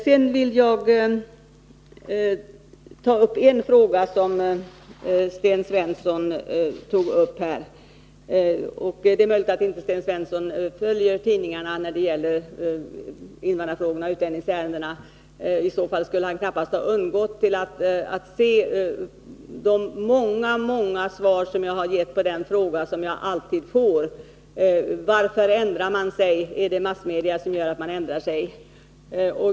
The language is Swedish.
Jag vill sedan ta upp en fråga som Sten Svensson berörde. Det är möjligt att Sten Svensson inte följer med i tidningarna när det gäller invandrarfrågorna och utlänningsärendena. I så fall skulle han knappast ha undgått att se de många svar som jag har gett på den fråga som jag alltid får: Är det massmedierna som gör att man ändrar sig?